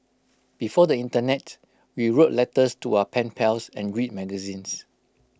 before the Internet we wrote letters to our pen pals and read magazines